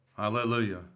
Hallelujah